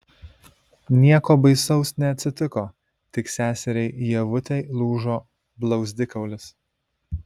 nieko baisaus neatsitiko tik seseriai ievutei lūžo blauzdikaulis